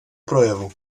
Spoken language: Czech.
projevu